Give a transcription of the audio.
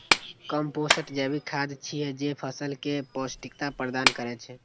compost जैविक खाद छियै, जे फसल कें पौष्टिकता प्रदान करै छै